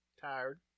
Tired